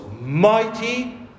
mighty